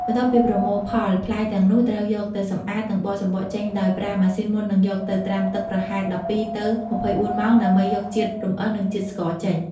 បន្ទាប់ពីប្រមូលផល ផ្លែទាំងនោះត្រូវយកទៅសម្អាត និងបកសំបកចេញដោយប្រើម៉ាស៊ីនមុននឹងយកទៅត្រាំទឹកប្រហែល ១២ ទៅ ២៤ ម៉ោង ដើម្បីយកជាតិរំអិល និងជាតិស្ករចេញ។